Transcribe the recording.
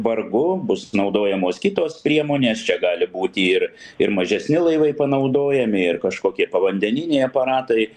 vargu bus naudojamos kitos priemonės čia gali būti ir ir mažesni laivai panaudojami ir kažkokie povandeniniai aparatai